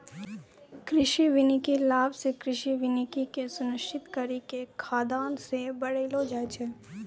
कृषि वानिकी लाभ से कृषि वानिकी के सुनिश्रित करी के खाद्यान्न के बड़ैलो जाय छै